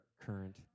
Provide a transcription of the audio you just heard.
current